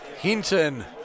Hinton